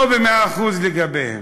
לא במאה אחוז, לגביהן.